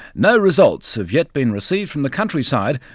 no results have yet been received from the countryside,